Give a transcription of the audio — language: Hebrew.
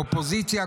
אופוזיציה,